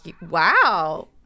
wow